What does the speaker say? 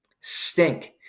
Stink